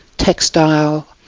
textile,